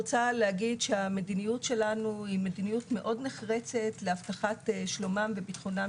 המדיניות שלנו היא מאוד נחרצת להבטחת שלומם וביטחונם